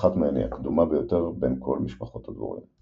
שאחת מהן היא הקדומה ביותר בין כל משפחות הדבורים.